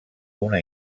una